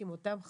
היה